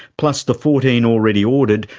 plus the fourteen already ordered,